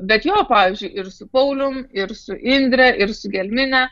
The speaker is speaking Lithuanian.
bet jo pavyzdžiui ir su paulium ir su indre ir su gelmine